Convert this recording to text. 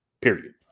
period